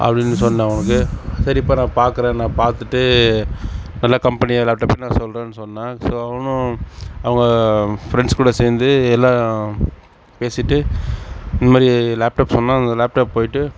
அப்படின் சொன்னேன் அவனுக்கு சரிப்பா நான் பார்க்கறேன் நான் பார்த்துட்டு நல்லா கம்பெனி லேப்டாப்பே நான் சொல்கிறேன் சொன்னேன் ஸோ அவனும் அவங்க ஃப்ரெண்ட்ஸ் கூட சேர்ந்து எல்லாம் பேசிட்டு இதுமாரி லேப்டாப் சொன்னான் அந்த லேப்டாப் போயிட்டு